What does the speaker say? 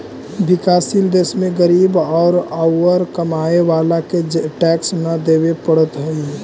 विकासशील देश में गरीब औउर कमाए वाला के टैक्स न देवे पडऽ हई